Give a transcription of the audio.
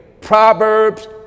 Proverbs